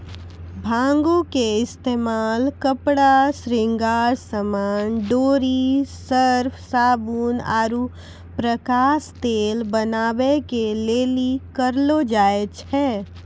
भांगो के इस्तेमाल कपड़ा, श्रृंगार समान, डोरी, सर्फ, साबुन आरु प्रकाश तेल बनाबै के लेली करलो जाय छै